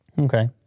Okay